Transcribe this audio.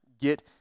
get